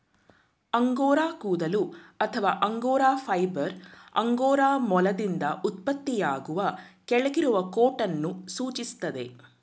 angora ಕೂದಲು ಅಥವಾ angora fibre angora ಮೊಲದಿಂದ ಉತ್ಪತ್ತಿಯಾಗುವ ಕೆಳಗಿರುವ ಕೋಟನ್ನು ಸೂಚಿಸ್ತದೆ